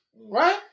Right